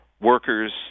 Workers